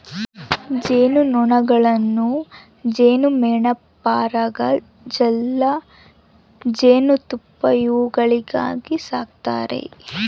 ಜೇನು ನೊಣಗಳನ್ನು ಜೇನುಮೇಣ ಪರಾಗ ಜೆಲ್ಲಿ ಜೇನುತುಪ್ಪ ಇವುಗಳಿಗಾಗಿ ಸಾಕ್ತಾರೆ